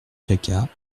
jacquat